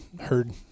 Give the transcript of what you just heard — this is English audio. Heard